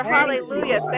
Hallelujah